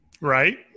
Right